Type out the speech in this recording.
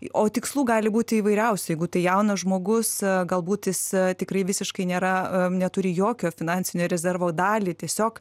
o tikslų gali būti įvairiausių jeigu tai jaunas žmogus galbūt jis tikrai visiškai nėra neturi jokio finansinio rezervo dalį tiesiog